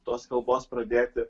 tos kalbos pradėti